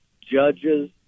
judges